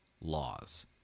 laws